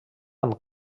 amb